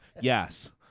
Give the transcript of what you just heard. yes